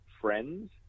Friends